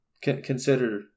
consider